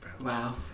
Wow